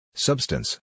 Substance